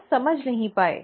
लोग बस समझ नहीं पाए